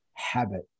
Habit